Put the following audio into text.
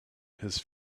his